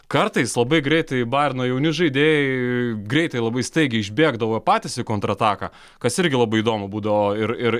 kartais labai greitai bajerno jauni žaidėjai greitai labai staigiai išbėgdavo patys į kontrataką kas irgi labai įdomu būdavo ir ir